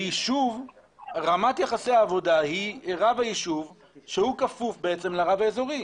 ביישוב רמת יחסי העבודה היא רב היישוב שהוא כפוף לרב האזורי.